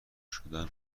شدن